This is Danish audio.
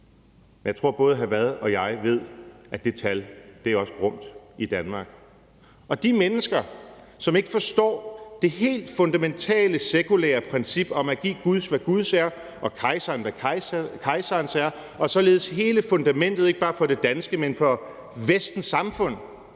både hr. Frederik Vad og jeg ved, at det tal også er grumt i Danmark. Og hvis de mennesker ikke forstår det helt fundamentale sekulære princip om at give Gud, hvad Guds er, og kejseren, hvad kejserens er, og således at hele fundamentet, ikke bare for det danske, men for Vestens samfund,